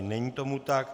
Není tomu tak.